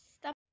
Stop